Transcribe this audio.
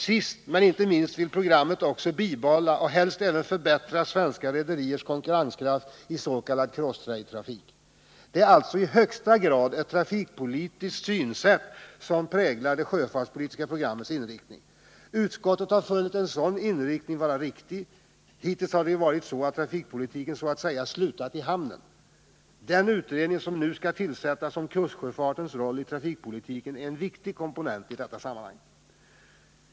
Sist men inte minst vill programmet också bibehålla och helst även förbättra svenska rederiers konkurrenskraft i s.k. crosstrade-trafik. Det är alltså i högsta grad ett trafikpolitiskt synsätt som präglar det sjöfartspolitiska programmets inriktning. Utskottet har funnit en sådan inriktning vara riktig — hittills har det ju varit så att trafikpolitiken så att säga har slutat i hamnen. Den utredning som nu skall tillsättas om kustsjöfartens roll i trafikpolitiken är en viktig komponent i detta sammanhang.